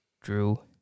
Drew